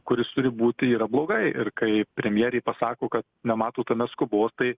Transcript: kuris turi būti yra blogai ir kai premjerė pasako kad nemato tame skubos tai